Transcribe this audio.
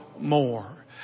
more